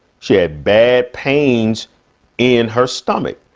she had bad pains in her stomach.